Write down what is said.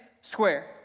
square